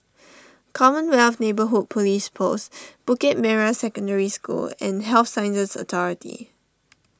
Commonwealth Neighbourhood Police Post Bukit Merah Secondary School and Health Sciences Authority